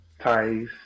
ties